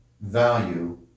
value